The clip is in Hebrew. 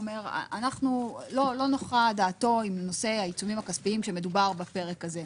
שלא נוחה דעתו על נושא העיצומים הכספיים בהם מדובר בפרק הזה.